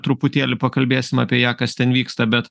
truputėlį pakalbėsim apie ją kas ten vyksta bet